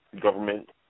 government